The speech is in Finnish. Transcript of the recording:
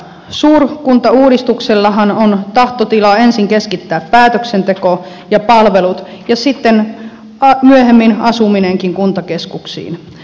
suurkuntauudistuksellahan on tahtotila ensin keskittää päätöksenteko ja palvelut ja sitten myöhemmin asuminenkin kuntakeskuksiin